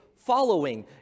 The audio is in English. Following